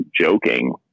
joking